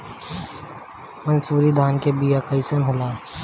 मनसुरी धान के बिया कईसन होला?